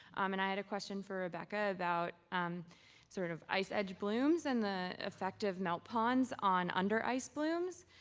um and i had a question for rebecca about sort of ice edge blooms and the effect of melt ponds on under ice blooms.